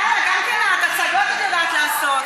יאללה, גם כן את, הצגות את יודעת לעשות.